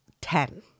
Ten